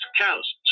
cows